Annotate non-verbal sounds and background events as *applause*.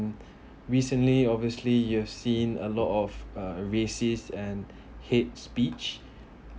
mm recently obviously you'll seeing a lot of uh racists and *breath* hate speech *breath*